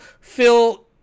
Phil